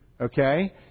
Okay